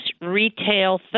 retail